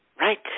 Right